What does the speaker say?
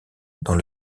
dans